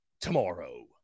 tomorrow